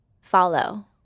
follow